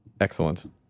Excellent